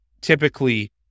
Typically